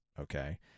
Okay